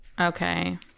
okay